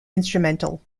instrumental